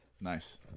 Nice